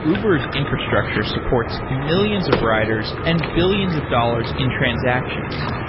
uber s infrastructure supports millions of writers and billions of dollars in transactions.